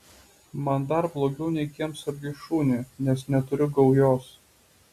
man dar blogiau nei kiemsargiui šuniui nes neturiu gaujos